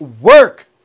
work